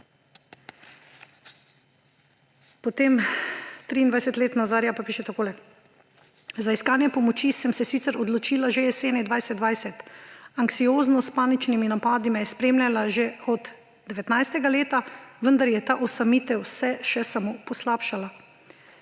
Potem 23-letna Zarja pa piše takole: »Za iskanje pomoči sem se sicer odločila že jeseni 2020, anksioznost s paničnimi napadi me je spremljala že od 19. leta, vendar je ta osamitev vse še samo poslabšala.